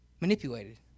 manipulated